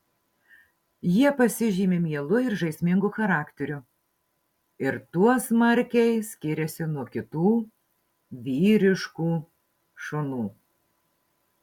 jie pasižymi mielu ir žaismingu charakteriu ir tuo smarkiai skiriasi nuo kitų vyriškų šunų